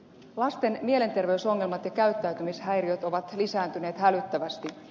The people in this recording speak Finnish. lasten mielenterveysongelmat ja käyttäytymishäiriöt ovat lisääntyneet hälyttävästi